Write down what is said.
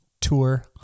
tour